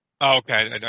Okay